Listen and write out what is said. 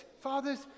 fathers